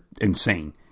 insane